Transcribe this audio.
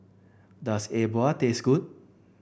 does E Bua taste good